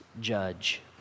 judge